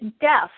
death